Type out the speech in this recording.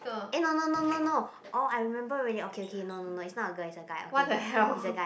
eh no no no no no orh I remember already okay okay no no no it's not a girl is a guy okay okay is a guy